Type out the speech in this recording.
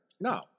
No